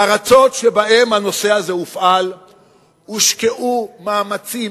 בארצות שבהן הנושא הזה הופעל הושקעו מאמצים